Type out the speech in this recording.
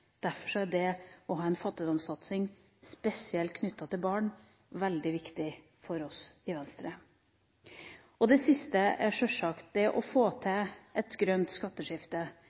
Derfor er det å ha en fattigdomssatsing, spesielt knyttet til barn, veldig viktig for oss i Venstre. Det siste er sjølsagt det å få til et grønt skatteskifte,